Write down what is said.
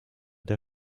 der